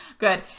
good